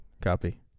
Copy